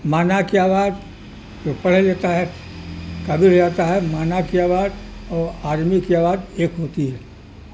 مینا کی آواز جو پڑھے لیتا ہے قابل ہو جاتا ہے مینا کی آواز اور آدمی کی آواز ایک ہوتی ہے